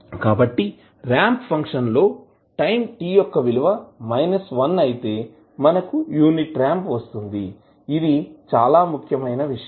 కాబట్టి ramp function లో time t యొక్క విలువ 1 అయితే మనకు యూనిట్ రాంప్ వస్తుంది ఇది చాలా ముఖ్యమైన విషయం